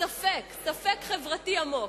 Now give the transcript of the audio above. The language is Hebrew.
ספק חברתי עמוק,